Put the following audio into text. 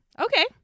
okay